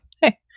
hey